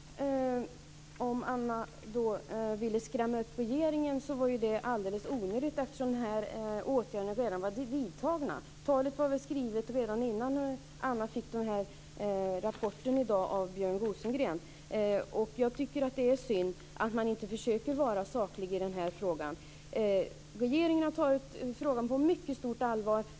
Fru talman! Om Anna ville skrämma upp regeringen så var det alldeles onödigt, eftersom de här åtgärderna redan var vidtagna. Talet var väl skrivet redan innan Anna fick rapporten av Björn Rosengren i dag. Jag tycker att det är synd att man inte försöker vara saklig i den här frågan. Regeringen har tagit frågan på mycket stort allvar.